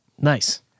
Nice